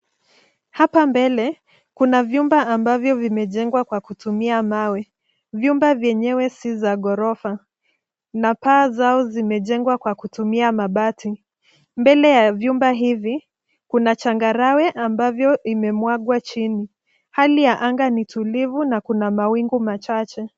Hapa mbele, kuna vyumba ambavyo vimejengwa kwa kutumia mawe. Vyumba vyenyewe si vya ghorofa na paa zao zimejengwa kwa kutumia mabati. Mbele ya vyumba hivi kuna changarawe ambavyo imemwagwa chini. Hali ya anga ni tulivu na kuna mawingu machache.